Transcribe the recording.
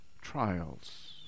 trials